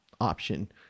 option